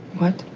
what?